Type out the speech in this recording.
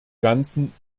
ganzen